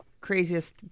craziest